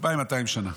2,200 שנה.